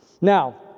Now